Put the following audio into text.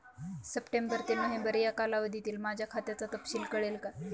September ते नोव्हेंबर या कालावधीतील माझ्या खात्याचा तपशील कळेल का?